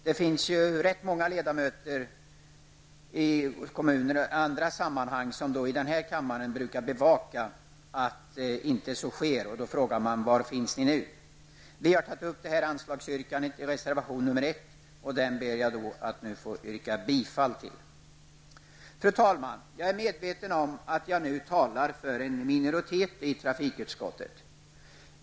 Det är ju rätt många ledamöter i denna kammare som i andra sammanhang brukar bevaka att en sådan övervältring inte sker, och jag frågar: Var finns ni nu? Vi har tagit upp detta anslagsyrkande i reservaton 1, som jag nu ber att få yrka bifall till. Fru talman! Jag är medveten om att jag nu talar för en minoritet i trafikutskottet.